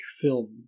film